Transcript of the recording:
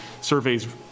surveys